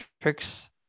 tricks